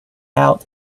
out